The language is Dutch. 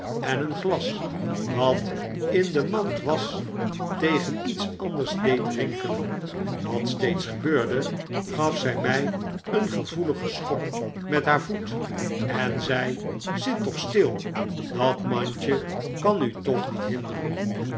en een glas dat in de mand was tegen iets anders deed rinkelen wat steeds gebeurde gaf zij mij een gevoeligen schop met haar voet en zei zit toch stil dat mandje kan u toch niet hinderen